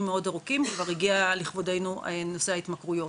מאוד ארוכים כבר הגיע לכבודנו נושא ההתמכרויות.